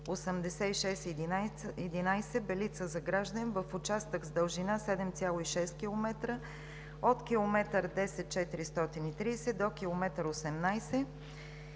Белица – Загражден, в участък с дължина 7,6 км от км 10+430 до км